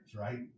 right